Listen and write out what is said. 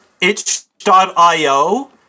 itch.io